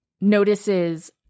notices